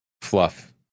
Fluff